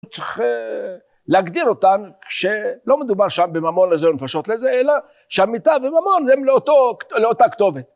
היי מה קורה